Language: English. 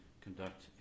conduct